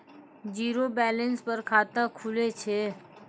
Zero balance पर खाता खुले छै?